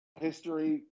History